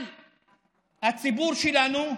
על הציבור שלנו.